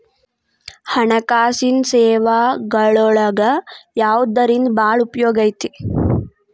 ಹಣ್ಕಾಸಿನ್ ಸೇವಾಗಳೊಳಗ ಯವ್ದರಿಂದಾ ಭಾಳ್ ಉಪಯೊಗೈತಿ?